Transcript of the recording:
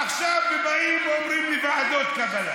עכשיו, באים אומרים לי: ועדות קבלה